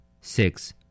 six